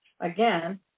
again